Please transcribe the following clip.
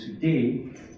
today